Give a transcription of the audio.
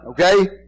Okay